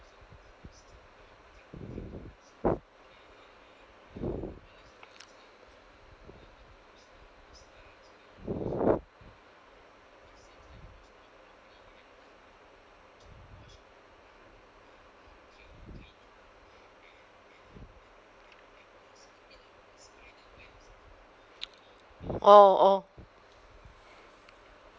oh oh